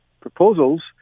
proposals